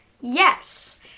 Yes